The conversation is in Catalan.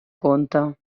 conte